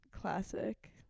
Classic